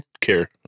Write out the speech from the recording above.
care